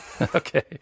Okay